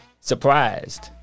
surprised